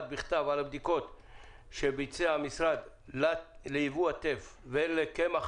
בכתב על הבדיקות שביצע המשרד ליבוא הטף ולקמח,